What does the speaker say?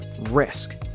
risk